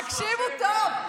תקשיבו טוב,